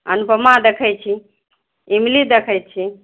अनुपमा देखैत छी ईमली देखैत छी